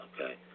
okay